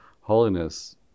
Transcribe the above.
holiness